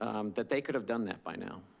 that they could have done that by now.